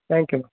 thank you madam